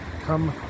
come